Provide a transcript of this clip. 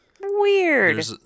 Weird